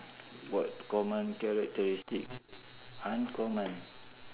what common characteristics uncommon